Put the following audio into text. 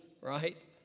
right